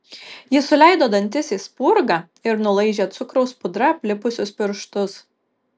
ji suleido dantis į spurgą ir nulaižė cukraus pudra aplipusius pirštus